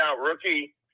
rookie